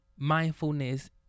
mindfulness